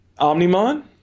Omnimon